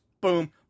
boom